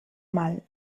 mal